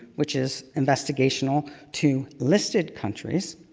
which is investigational to listed countries,